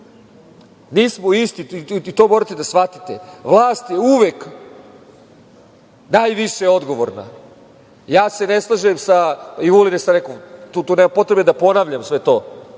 Nismo isti i to morate da shvatite. Vlast je uvek najviše odgovorna. Ja se ne slažem sa, i Vulin je tu rekao, tu nema potrebe da ponavljam sve to.